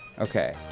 Okay